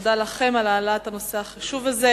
תודה לכם על העלאת הנושא החשוב הזה.